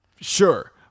Sure